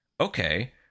Okay